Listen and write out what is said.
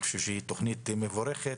היא תוכנית מבורכת.